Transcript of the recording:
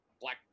black